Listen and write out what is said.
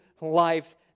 life